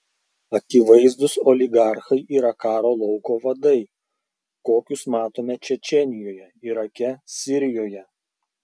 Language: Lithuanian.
akivaizdūs oligarchai yra karo lauko vadai kokius matome čečėnijoje irake sirijoje